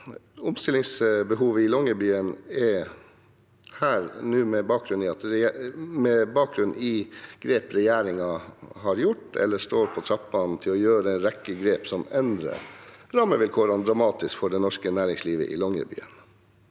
Omstillingsbehovet i Longyearbyen er her nå med bakgrunn i grep regjeringen har tatt eller står på trappene til å ta – en rekke grep som endrer rammevilkårene dramatisk for det norske næringslivet i Longyearbyen,